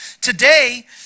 today